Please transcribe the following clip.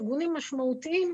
ארגונים משמעותיים,